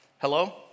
Hello